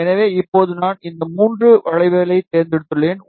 எனவே இப்போது நான் இந்த 3 வளைவைத் தேர்ந்தெடுத்துள்ளேன்